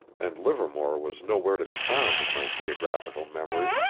and livermore was nowhere to be found in my geographical memory.